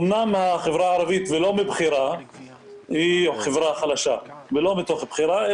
אמנם החברה הערבית היא חברה חלשה ולא מתוך בחירה.